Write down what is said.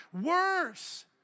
worse